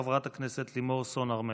חברת הכנסת לימור סון הר מלך.